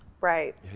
Right